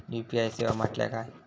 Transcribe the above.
UPI सेवा म्हटल्या काय?